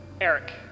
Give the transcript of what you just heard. Eric